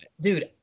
Dude